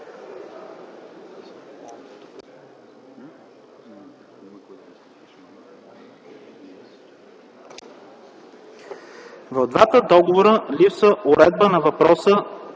В двата договора липсва уредба на въпроса